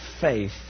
faith